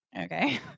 okay